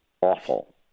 awful